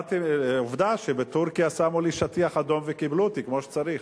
עובדה שבטורקיה שמו לי שטיח אדום וקיבלו אותי כמו שצריך,